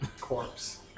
corpse